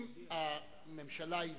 אם הממשלה היא